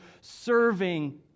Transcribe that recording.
serving